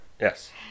Yes